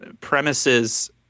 premises